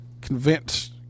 convince